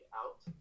out